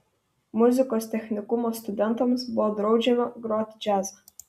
muzikos technikumo studentams buvo draudžiama groti džiazą